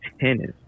Tennis